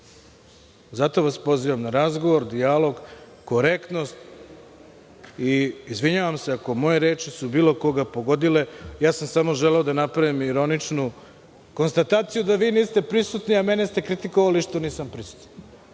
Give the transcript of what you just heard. Zato vas pozivam na razgovor, na dijalog, korektnost i izvinjavam se ako moje reči su bilo koga pogodile, samo sam želeo da napravim ironičnu konstataciju da vi niste prisutni, a mene ste kritikovali što nisam prisutan.